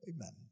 amen